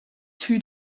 two